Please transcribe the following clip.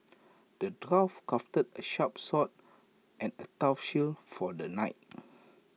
the dwarf crafted A sharp sword and A tough shield for the knight